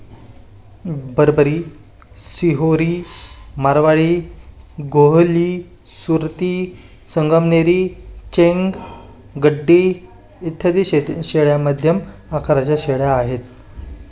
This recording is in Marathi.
बरबरी, सिरोही, मारवाडी, गोहली, सुरती, संगमनेरी, चेंग, गड्डी इत्यादी शेळ्या मध्यम आकाराच्या शेळ्या आहेत